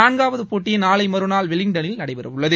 நான்காவது போட்டி நாளை மறுநாள் வெலிங்டனில் நடைபெறவுள்ளது